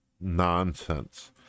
nonsense